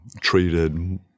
treated